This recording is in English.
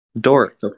Dork